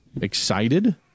excited